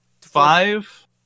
five